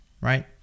right